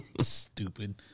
Stupid